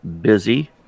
busy